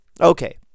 Okay